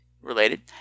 related